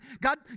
God